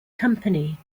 company